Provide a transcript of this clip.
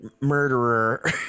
murderer